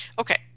okay